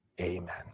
Amen